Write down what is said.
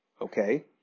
Okay